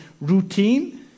routine